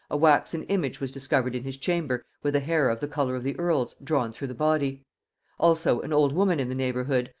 a waxen image was discovered in his chamber with a hair of the color of the earl's drawn through the body also, an old woman in the neighbourhood,